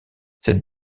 cette